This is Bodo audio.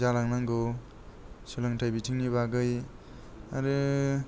जालांनांगौ सोलोंथाइ बिथिंनि बागै आरो